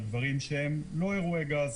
על דברים שהם לא אירועי גז,